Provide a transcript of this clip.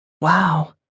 Wow